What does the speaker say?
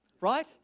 right